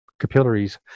capillaries